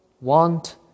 want